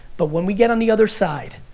but when we get on the other side,